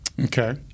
Okay